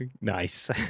Nice